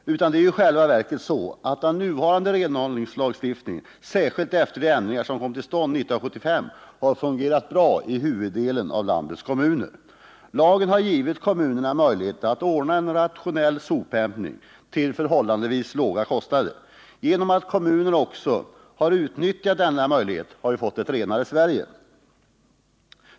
Det är ju i själva verket så, att den nuvarande renhållningslagstift 193 ningen särskilt efter de ändringar som kom till stånd 1975, har fungerat bra i de flesta av landets kommuner. Lagen har givit kommunerna möjlighet att ordna en rationell sophämtning till förhållandevis låga kostnader. Då kommunerna också har utnyttjat denna möjlighet har vi fått ett renare Sverige.